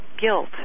guilt